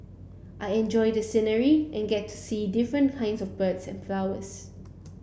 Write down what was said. I enjoy the scenery and get to see different kinds of birds and flowers